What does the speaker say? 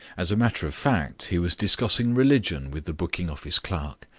as a matter of fact, he was discussing religion with the booking-office clerk,